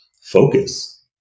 focus